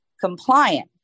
compliant